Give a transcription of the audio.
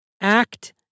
act